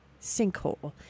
sinkhole